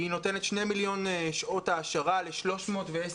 היא נותנת שני מיליון שעות העשרה ל-310,000